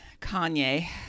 Kanye